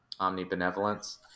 omnibenevolence